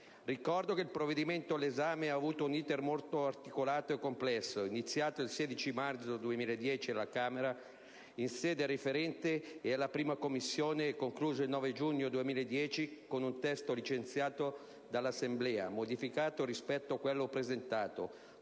Ricordo che il provvedimento all'esame ha avuto un *iter* molto articolato e complesso, iniziato il 16 marzo 2010 alla Camera, in sede referente in prima Commissione, e concluso il 9 giugno 2010 con un testo licenziato dall'Assemblea, modificato rispetto a quello presentato,